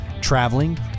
traveling